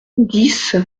dix